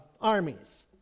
armies